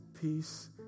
peace